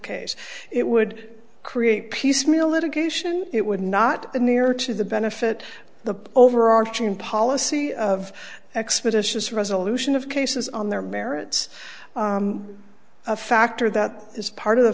case it would create piecemeal litigation it would not the near to the benefit of the overarching policy of expeditious resolution of cases on their merits a factor that is part of the